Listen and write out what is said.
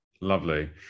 Lovely